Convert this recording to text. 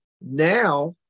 Now